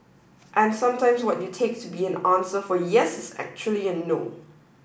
and sometimes what you take to be an answer for yes is actually a no